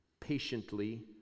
patiently